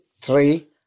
three